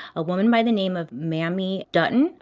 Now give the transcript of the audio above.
a woman by the name of mamie dutton,